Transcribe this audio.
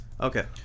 Okay